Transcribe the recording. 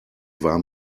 war